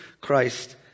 Christ